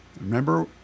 Remember